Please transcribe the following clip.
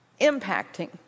impacting